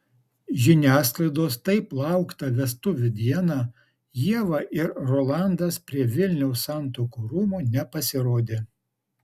žiniasklaidos taip lauktą vestuvių dieną ieva ir rolandas prie vilniaus santuokų rūmų nepasirodė